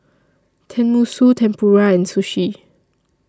Tenmusu Tempura and Sushi